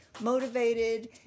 motivated